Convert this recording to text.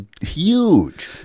huge